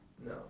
No